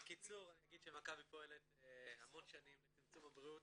אני אגיד שמכבי פועלת המון שנים לצמצום פערי הבריאות